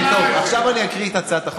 עכשיו אני אקריא את הצעת החוק,